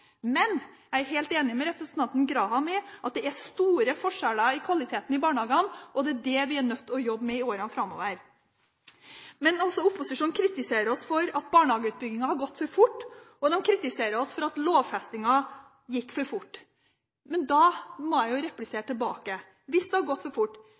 Men jeg er helt enig med representanten Graham i at det er store forskjeller i kvaliteten i barnehagene, og det er det vi er nødt til å jobbe med i årene framover. Opposisjonen kritiserer oss for at barnehageutbyggingen har gått for fort, og de kritiserer oss for at lovfestingen gikk for fort. Da må jeg replisere tilbake, hvis det har gått for fort: